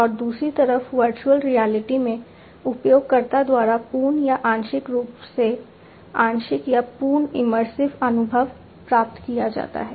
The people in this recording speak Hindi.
और दूसरी तरफ वर्चुअल रियलिटी में उपयोगकर्ता द्वारा पूर्ण या आंशिक रूप से आंशिक या पूर्ण इमर्सिव अनुभव प्राप्त किया जाता है